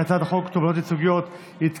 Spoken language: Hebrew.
ההצעה להעביר את הצעת חוק תובענות ייצוגיות (תיקון,